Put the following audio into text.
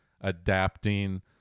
adapting